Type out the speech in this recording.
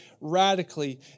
radically